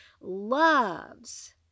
loves